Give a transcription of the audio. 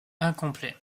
incomplet